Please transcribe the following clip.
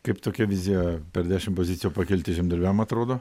kaip tokia vizija per dešimt pozicijų pakelti žemdirbiams atrodo